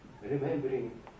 Remembering